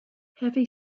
heavy